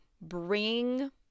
bring